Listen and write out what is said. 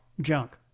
junk